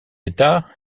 états